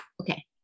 Okay